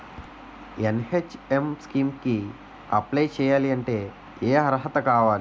NHM scheme కి apply చేయాలి అంటే ఏ అర్హత కావాలి?